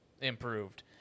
improved